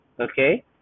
okay